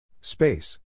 Space